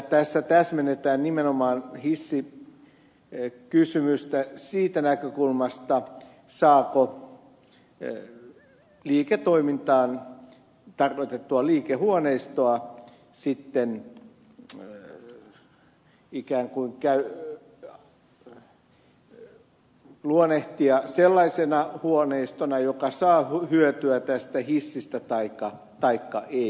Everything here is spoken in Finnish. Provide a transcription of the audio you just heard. tässä täsmennetään nimenomaan hissikysymystä siitä näkökulmasta saako liiketoimintaan tarkoitettua liikehuoneistoa sitten ikään kuin luonnehtia sellaisena huoneistona joka saa hyötyä tästä hissistä taikka ei